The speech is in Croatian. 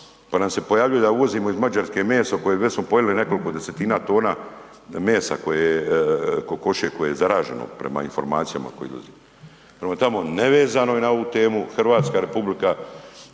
pa nam se pojavljuje da uvozimo iz Mađarske meso koje već smo pojeli nekoliko 10-tina tona mesa koje kokošje koje je zaraženo prema informacijama koje dolaze. Prema tome nevezano je na ovu temu Hrvatska Republika,